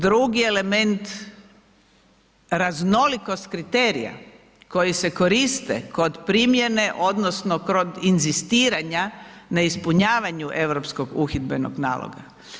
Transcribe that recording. Drugi element raznolikost kriterija koji se koriste kod primjene odnosno kod inzistiranja na ispunjavanju europskog uhidbenog naloga.